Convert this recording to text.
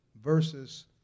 verses